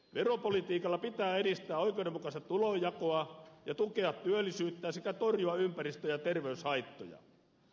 veropolitiikalla pitää edistää oikeudenmukaista tulonjakoa ja tukea työllisyyttä sekä torjua ympäristö ja terveyshaittoja